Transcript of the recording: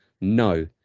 no